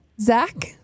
zach